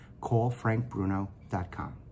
callfrankbruno.com